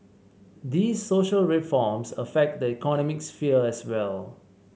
these social reforms affect the economic sphere as well